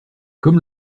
comme